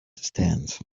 stands